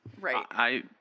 Right